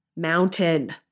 mountain